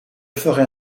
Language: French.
ferais